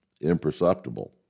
imperceptible